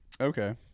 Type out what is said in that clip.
Okay